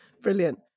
Brilliant